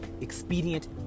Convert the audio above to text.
expedient